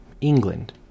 England